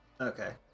Okay